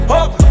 up